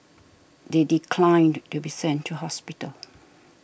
they declined to be sent to hospital